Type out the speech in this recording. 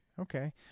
Okay